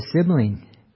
sibling